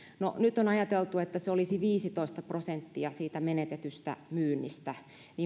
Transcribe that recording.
kun nyt on ajateltu että se olisi viisitoista prosenttia menetetystä myynnistä